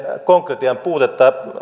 konkretian puutetta